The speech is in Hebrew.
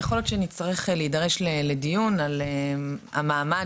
יכול להיות שנצטרך להידרש לדיון על המעמד